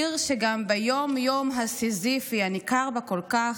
עיר שגם ביום-יום הסיזיפי הניכר בה כל כך,